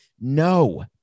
No